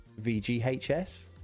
VGHS